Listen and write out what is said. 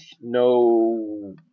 no